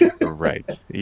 Right